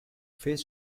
phase